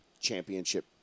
championship